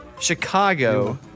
Chicago